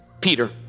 Peter